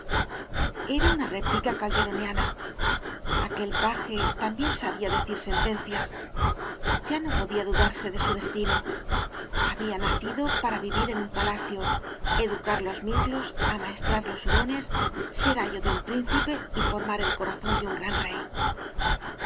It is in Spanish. era una réplica calderoniana aquel paje también sabía decir sentencias ya no podía dudarse de su destino había nacido para vivir en un palacio educar los mirlos amaes trar los hurones ser ayo de un príncipe y formar el corazón de un gran rey